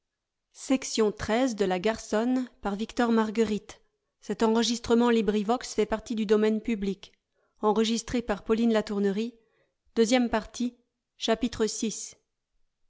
de la matière